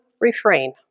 refrain